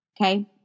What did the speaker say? okay